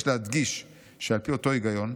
יש להדגיש שעל פי אותו היגיון,